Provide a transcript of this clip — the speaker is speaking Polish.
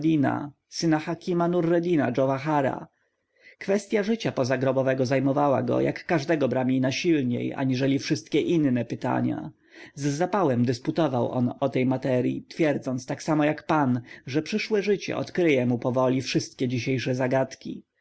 syna hakima nureddina dżowahara kwestya życia pozagrobowego zajmowała go jak każdego bramina silniej aniżeli wszystkie inne pytania z zapałem dysputował on w tej materyi twierdząc tak samo jak pan że przyszłe życie odkryje mu powoli wszystkie dzisiejsze zagadki